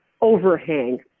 overhang